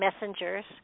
messengers